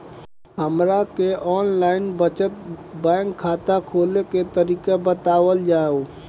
हमरा के online बचत बैंक खाता खोले के तरीका बतावल जाव?